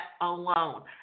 alone